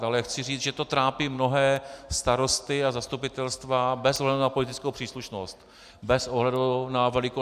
Ale chci říct, že to trápí mnohé starosty a zastupitelstva bez ohledu na politickou příslušnost, bez ohledu na velikost města.